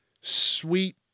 sweet